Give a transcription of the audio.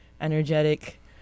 energetic